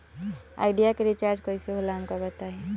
Idea के recharge कईसे होला हमका बताई?